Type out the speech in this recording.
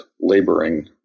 laboring